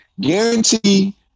Guarantee